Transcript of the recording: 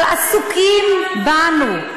אבל עסוקים בנו.